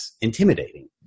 intimidating